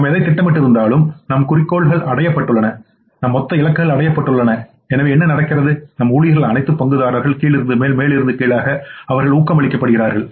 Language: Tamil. நாம் எதைத் திட்டமிட்டிருந்தாலும் நம் குறிக்கோள்கள் அடையப்பட்டுள்ளன நம் மொத்த இலக்குகள் அடையப்பட்டுள்ளன எனவே என்ன நடக்கிறது நம் ஊழியர்கள் அனைத்து பங்குதாரர்களும் கீழிருந்து மேல் மேலிருந்து கீழாக அவர்கள் ஊக்கமளிக்க படுகிறார்கள்